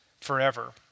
forever